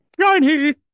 shiny